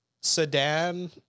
sedan